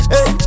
Hey